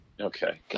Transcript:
Okay